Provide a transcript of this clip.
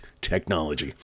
technology